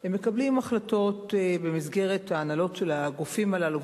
הם מקבלים החלטות במסגרת ההנהלות שלהם.